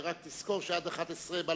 ורק תזכור שעד 23:00,